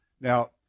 now